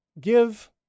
give